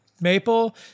maple